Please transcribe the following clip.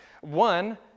One